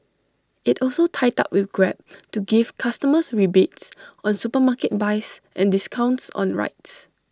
IT also tied up with grab to give customers rebates on supermarket buys and discounts on rides